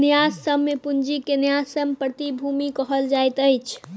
न्यायसम्य पूंजी के न्यायसम्य प्रतिभूति कहल जाइत अछि